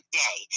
day